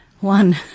One